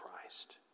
Christ